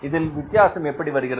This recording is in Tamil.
இதில் வித்தியாசம் எப்படி வருகிறது